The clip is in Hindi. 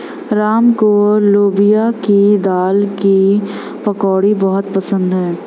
राम को लोबिया की दाल की पकौड़ी बहुत पसंद हैं